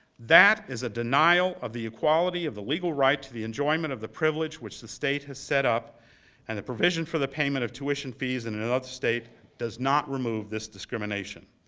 that is a denial of the equality of the legal right to the enjoyment of the privilege which the state has set up and the provision for the payment of tuition fees and in another state does not remove this discrimination.